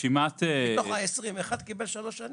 מתוך העשרים אחד קיבל שלוש שנים?